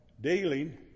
dealing